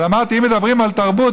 אבל אמרתי שאם מדברים על תרבות,